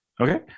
Okay